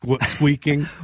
squeaking